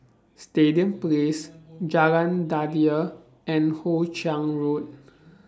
Stadium Place Jalan Daliah and Hoe Chiang Road